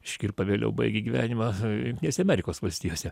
škirpa vėliau baigė gyvenimą jungtinėse amerikos valstijose